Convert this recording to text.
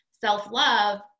self-love